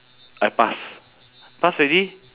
I pass pass already